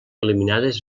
eliminades